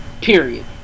Period